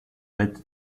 mit